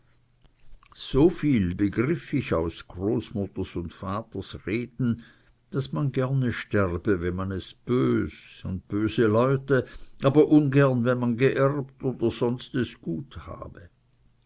so viel begriff ich aus großmutters und vaters reden daß man gerne sterbe wenn man es bös und böse leute aber ungern wenn man geerbt oder sonst gut es habe